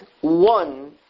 one